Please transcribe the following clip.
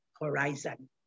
Horizon